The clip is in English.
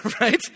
right